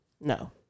no